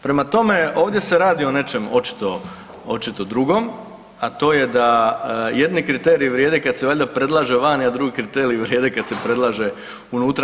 Prema tome, ovdje se radi o nečem očito drugom, a to je da jedni kriteriji vrijede kad se predlaže vani, a drugi kriteriji vrijede kada se predlaže unutra.